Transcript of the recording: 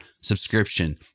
subscription